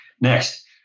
next